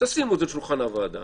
תשימו את זה על שולחן הוועדה,